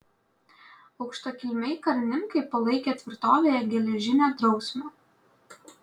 aukštakilmiai karininkai palaikė tvirtovėje geležinę drausmę